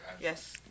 Yes